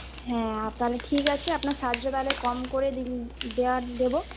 হ্যাঁ তাহলে ঠিক আছে আপনার সাজও তাহলে কম করে দেওয়ার দেব